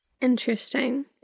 Interesting